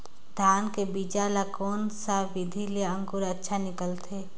धान के बीजा ला कोन सा विधि ले अंकुर अच्छा निकलथे?